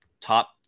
top